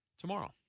tomorrow